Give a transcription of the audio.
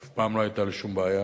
אף פעם לא היתה לי שום בעיה.